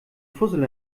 fussel